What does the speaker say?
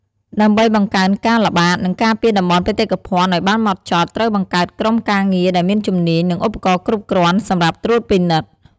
ដើម្បីបង្កើនការល្បាត និងការពារតំបន់បេតិកភណ្ឌឱ្យបានហ្មត់ចត់ ត្រូវបង្កើតក្រុមការងារដែលមានជំនាញ និងឧបករណ៍គ្រប់គ្រាន់ សម្រាប់ត្រួតពិនិត្យ។